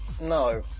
no